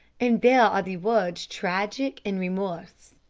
and there are the words tragic and remorse.